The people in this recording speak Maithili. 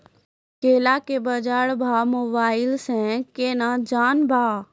केला के बाजार भाव मोबाइल से के ना जान ब?